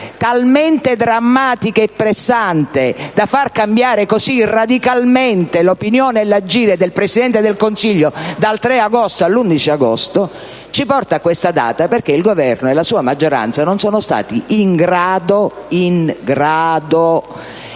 talmente drammatica e pressante da far cambiare così radicalmente l'opinione e l'agire del Presidente del Consiglio dal 3 agosto all'11 agosto, ci porta ad oggi perché il Governo e la sua maggioranza non sono stati in grado